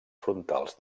frontals